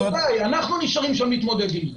רבותיי, אנחנו נשארים שם להתמודד עם זה.